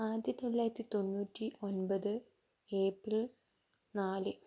ആയിരത്തിതൊള്ളായിരത്തി തൊണ്ണൂറ്റി ഒൻപത് ഏപ്രിൽ നാല്